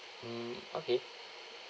mm okay